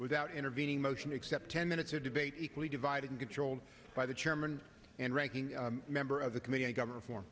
without intervening motion except ten minutes of debate equally divided and controlled by the chairman and ranking member of the committee governor for